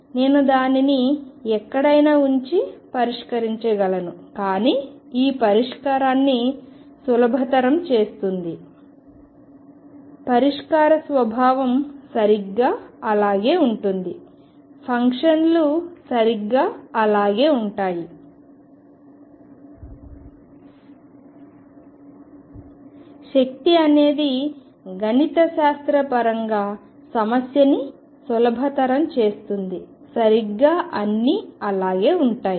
నేను దానిని ఎక్కడైనా ఉంచి పరిష్కరించగలను కానీ ఇది పరిష్కారాన్ని సులభతరం చేస్తుంది పరిష్కార స్వభావం సరిగ్గా అలాగే ఉంటుంది ఫంక్షన్ లు సరిగ్గా అలాగే ఉంటాయి శక్తి అనేది గణితశాస్త్ర పరంగా సమస్యని సులభతరం చేస్తుంది సరిగ్గా అన్నీ అలాగే ఉంటాయి